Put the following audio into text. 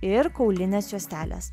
ir kaulinės juostelės